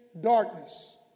darkness